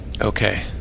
okay